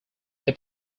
they